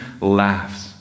laughs